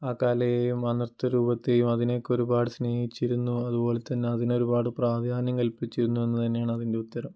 ആ കലയേയും ആ നൃത്ത രൂപത്തേയും അതിനെയൊക്കെ ഒരുപാട് സ്നേഹിച്ചിരുന്നു അതുപോലെ തന്നെ അതിന് ഒരുപാട് പ്രാധാന്യം കൽപ്പിച്ചി രുന്നു എന്നു തന്നെയണ് അതിൻ്റെ ഉത്തരം